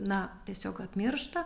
na tiesiog apmiršta